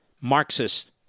Marxist